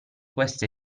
queste